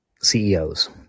CEOs